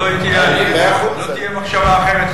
שלא תהיה מחשבה אחרת,